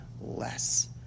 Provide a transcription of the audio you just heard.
less